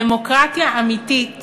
דמוקרטיה אמיתית